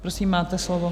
Prosím, máte slovo.